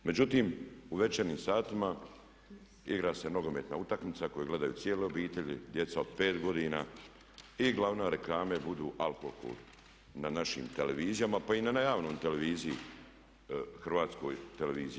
Međutim, u večernjim satima igra se nogometna utakmica koju gledaju cijele obitelji, djeca od pet godina i glavne reklame budu alkohol na našim televizijama, pa i na javnoj televiziji, Hrvatskoj televiziji.